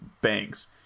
banks